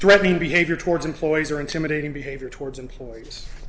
threatening behavior towards employees or intimidating behavior towards employees